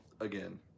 Again